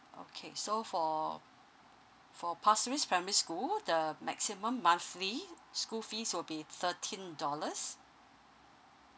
okay so for for pasir ris primary school the maximum monthly school fees will be thirteen dollars